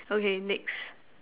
okay next